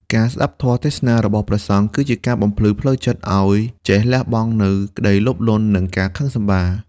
ការស្តាប់ធម៌ទេសនារបស់ព្រះសង្ឃ គឺជាការបំភ្លឺផ្លូវចិត្តឱ្យចេះលះបង់នូវក្តីលោភលន់ និងការខឹងសម្បារ។